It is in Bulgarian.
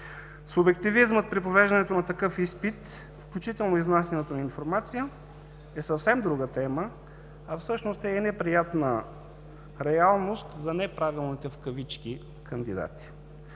Субективизмът при провеждането на такъв изпит, включително изнасянето на информация, е съвсем друга тема, а всъщност е неприятна реалност за „неправилните“ кандидати.